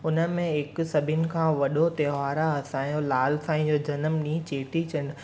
उन में हिकु सभिनि खां वॾो त्योहारु आहे असांजो लाल साईं जो जनमु ॾींहुं चेटी चंडु